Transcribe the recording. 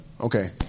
Okay